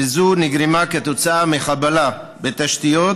וזו נגרמה מחבלה בתשתיות,